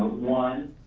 one,